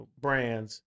brands